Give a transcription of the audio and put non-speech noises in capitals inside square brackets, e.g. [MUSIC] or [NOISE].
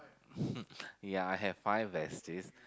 [BREATH] yeah I have five besties